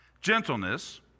Gentleness